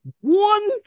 One